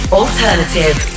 alternative